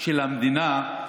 של המדינה,